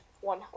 one